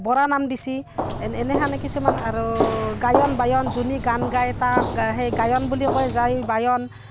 বৰা নাম দিছে এনে এনেহেনে কিছুমান আৰু গায়ন বায়ন যোনে গান গায় তাক সেই গায়ন বুলিও কয় যায় বায়ন